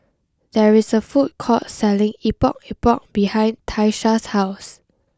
there is a food court selling Epok Epok behind Tyesha's house